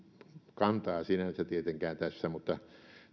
kantaa tietenkään tässä mutta